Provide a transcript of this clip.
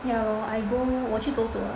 yah lor I go 我去走走 lah